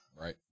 Right